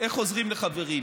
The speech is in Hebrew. איך עוזרים לחברים,